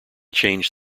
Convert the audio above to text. change